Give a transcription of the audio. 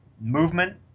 movement